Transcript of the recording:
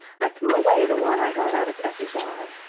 i threw away the one i got out of effie's eye.